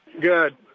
Good